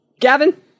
Gavin